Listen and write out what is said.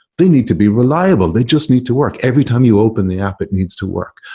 they need to be reliable. they just need to work. every time you open the app, it needs to work.